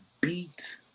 beat